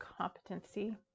competency